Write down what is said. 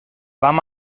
vam